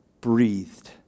breathed